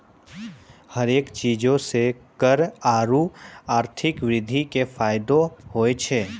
हरेक चीजो से कर आरु आर्थिक वृद्धि के फायदो होय छै